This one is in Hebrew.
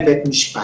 היא בית המשפט.